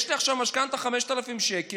יש לי עכשיו משכנתה של 5,000 שקל,